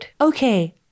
Okay